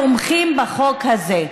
תומכים בחוק הזה.